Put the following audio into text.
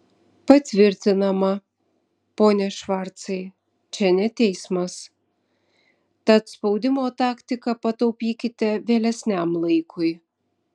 patvirtinama pone švarcai čia ne teismas tad spaudimo taktiką pataupykite vėlesniam laikui